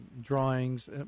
drawings